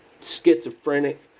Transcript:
schizophrenic